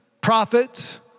prophets